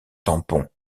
tampon